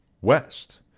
West